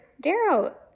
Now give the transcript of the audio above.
Darrow